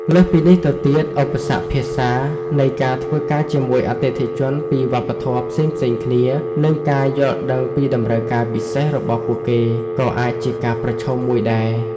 លើសពីនេះទៅទៀត ឧបសគ្គភាសា នៃការធ្វើការជាមួយអតិថិជនពីវប្បធម៌ផ្សេងៗគ្នា និងការយល់ដឹងពីតម្រូវការពិសេសរបស់ពួកគេក៏អាចជាការប្រឈមមួយដែរ។